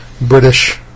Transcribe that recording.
British